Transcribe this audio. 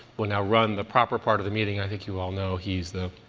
will now run the proper part of the meeting. i think you all know, he's the